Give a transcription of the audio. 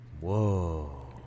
Whoa